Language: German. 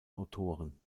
autoren